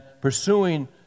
pursuing